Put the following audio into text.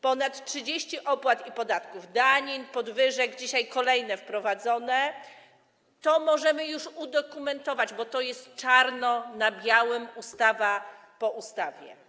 Ponad 30 opłat i podatków, danin, podwyżek - dzisiaj wprowadzone kolejne - to możemy już udokumentować, bo to jest czarno na białym, ustawa po ustawie.